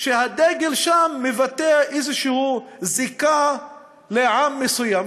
שהדגל שם מבטא איזו זיקה לעם מסוים,